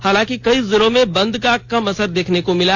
हालांकि कई जिलों में बंद का कम असर नहीं देखने को मिला